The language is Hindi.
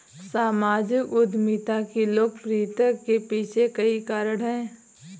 सामाजिक उद्यमिता की लोकप्रियता के पीछे कई कारण है